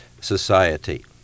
society